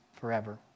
forever